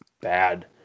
bad